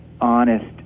Honest